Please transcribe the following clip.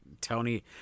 Tony